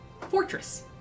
fortress